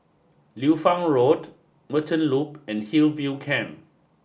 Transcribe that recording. liu Fang Road Merchant Loop and Hillview Camp